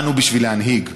באנו בשביל להנהיג,